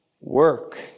work